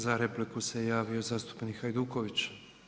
Za repliku se javio zastupnik Hajduković.